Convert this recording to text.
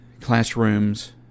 classrooms